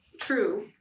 True